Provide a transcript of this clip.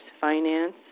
finance